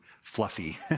fluffy